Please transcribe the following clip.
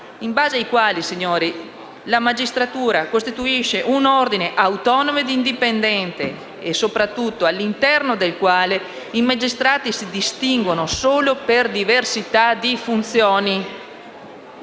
in base ai quali la magistratura costituisce un ordine autonomo e indipendente, all'interno del quale i magistrati si distinguono solo per diversità di funzioni.